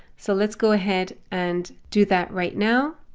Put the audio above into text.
so let's go ahead and do that right now.